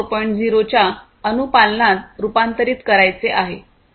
0 च्या अनुपालनात रूपांतरित करायचे आहे